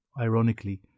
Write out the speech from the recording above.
ironically